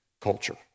culture